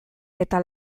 eta